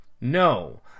No